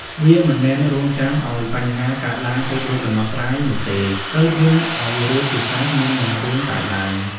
វាមិនមែនរង់ចាំឱ្យបញ្ហាកើតឡើងទើបរកដំណោះស្រាយនោះទេ ត្រូវត្រៀមឲ្យរួចជាស្រេចមុននិងរឿងកើតឡើង។